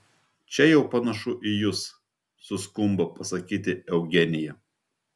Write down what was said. čia jau panašu į jus suskumba pasakyti eugenija